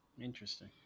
Interesting